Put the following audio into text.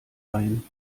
leihen